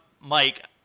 Mike